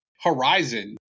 Horizon